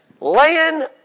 Laying